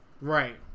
right